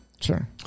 Sure